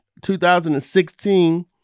2016